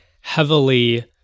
heavily